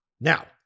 Now